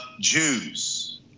Jews